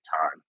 time